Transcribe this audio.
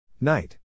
Night